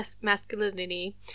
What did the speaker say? masculinity